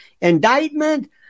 Indictment